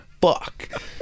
Fuck